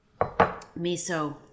Miso